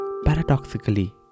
Paradoxically